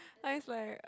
eyes like